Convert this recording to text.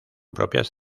propias